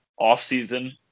offseason